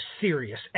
serious